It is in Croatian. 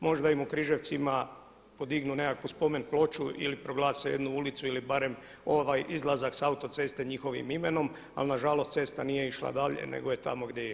Možda im u Križevcima podignu nekakvu spomenploču ili proglase jednu ulicu ili barem ovaj izlazak s autoceste njihovim imenom ali nažalost cesta nije išla dalje nego je tamo gdje je.